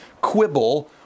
quibble